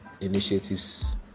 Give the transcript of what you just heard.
initiatives